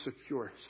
secure